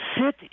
sit